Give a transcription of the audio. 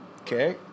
Okay